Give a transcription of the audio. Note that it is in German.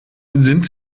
sind